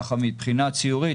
מבחינה ציורית,